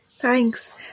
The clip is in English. Thanks